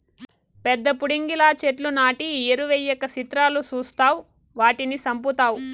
పెద్ద పుడింగిలా చెట్లు నాటి ఎరువెయ్యక సిత్రాలు సూస్తావ్ వాటిని సంపుతావ్